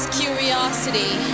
curiosity